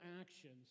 actions